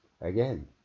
Again